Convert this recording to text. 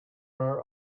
are